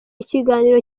ikiganiro